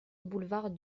boulevard